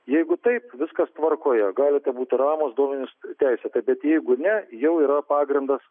jeigu taip viskas tvarkoje galite būti ramūs duomenys teisėtao bet jeigu ne jau yra pagrindas